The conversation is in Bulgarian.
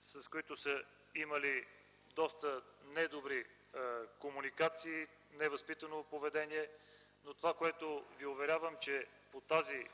с които са имали доста недобри комуникации, невъзпитано поведение. Уверявам Ви, че по тази